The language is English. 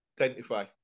identify